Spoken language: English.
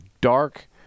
dark